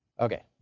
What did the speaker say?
Okay